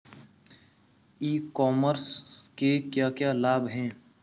ई commerce के क्या क्या लाभ हैं?